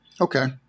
Okay